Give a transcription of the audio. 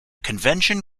convention